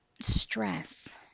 stress